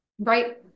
Right